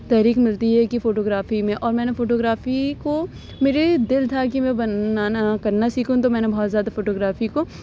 تحریک ملتی ہے کہ فوٹو گرافی میں اور میں نے فوٹو گرافی کو میرے دِل تھا کہ میں بنانا کرنا سیکھوں تو میں نے بہت زیادہ فوٹو گرافی کو